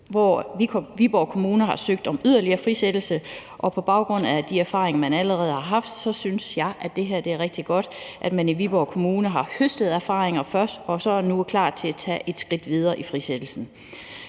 hvor Viborg Kommune har søgt om yderligere frisættelse, og på baggrund af de erfaringer, man allerede har gjort sig, synes jeg, at det er rigtig godt, at man i Viborg Kommune har høstet erfaringer først, og at man så nu er klar til at tage et skridt videre i frisættelsen.